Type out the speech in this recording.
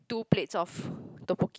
two plates of tteokbokki